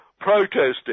protesting